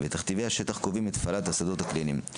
ותכתיבי השטח קובעים את הפעלת השדות הקליניים.